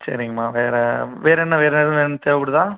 சரிங்கம்மா வேறு வேறு என்ன வேறு எதுவும் தேவைப்படுதா